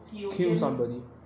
kill somebody